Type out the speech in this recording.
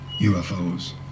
UFOs